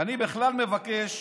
אני בכלל מבקש